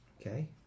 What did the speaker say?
Okay